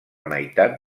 meitat